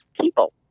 people